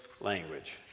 language